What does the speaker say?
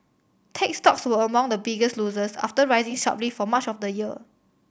tech stocks were among the biggest losers after rising sharply for much of the year